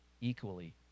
equally